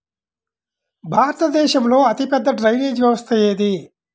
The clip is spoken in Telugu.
భారతదేశంలో అతిపెద్ద డ్రైనేజీ వ్యవస్థ ఏది?